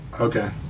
Okay